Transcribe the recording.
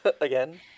again